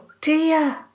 dear